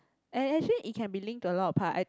and actually it can be linked to a lot of part I